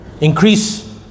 Increase